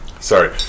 Sorry